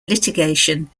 litigation